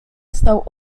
stał